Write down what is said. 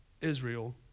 Israel